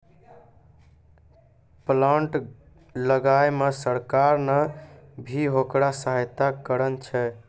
plant लगाय मॅ सरकार नॅ भी होकरा सहायता करनॅ छै